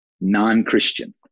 non-Christian